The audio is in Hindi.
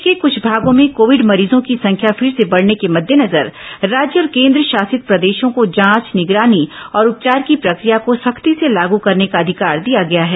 देश के कुछ भागों में कोविड मरीजों की संख्या फिर से बढ़ने के मद्देनजर राज्य और केन्द्रशासित प्रदेशों को जांच निगरानी और उपचार की प्रक्रिया को सख्ती से लागू करने का अधिकार दिया गया है